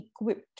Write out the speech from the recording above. equipped